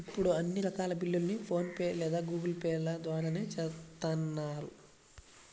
ఇప్పుడు అన్ని రకాల బిల్లుల్ని ఫోన్ పే లేదా గూగుల్ పే ల ద్వారానే చేత్తన్నారు